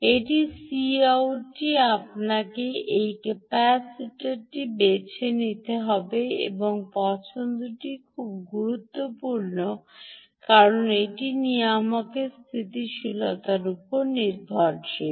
এই Coutটি আপনাকে এই ক্যাপাসিটারটি বেছে নিতে হবে এবং এই পছন্দটি খুব গুরুত্বপূর্ণ কারণ এটি নিয়ামকের স্থিতিশীলতার উপর নির্ভরশীল